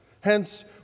Hence